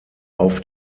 auf